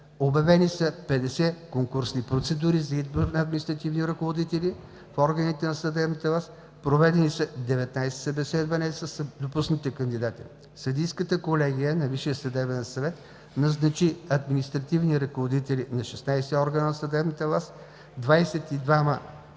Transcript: Обявени са 50 конкурсни процедури за избор на административни ръководители в органите на съдебната власт, проведени са 19 събеседвания с допуснати кандидати. Съдийската колегия на Висшия съдебен съвет назначи административни ръководители на 16 органа на съдебната власт, 22